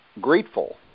grateful